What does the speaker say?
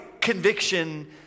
conviction